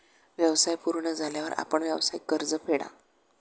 व्यवसाय पूर्ण झाल्यावर आपण व्यावसायिक कर्ज फेडा